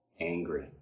angry